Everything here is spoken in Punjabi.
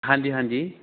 ਹਾਂਜੀ ਹਾਂਜੀ